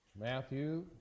Matthew